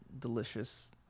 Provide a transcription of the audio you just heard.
delicious